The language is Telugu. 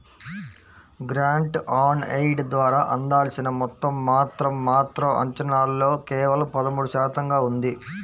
గ్రాంట్ ఆన్ ఎయిడ్ ద్వారా అందాల్సిన మొత్తం మాత్రం మాత్రం అంచనాల్లో కేవలం పదమూడు శాతంగా ఉంది